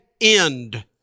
end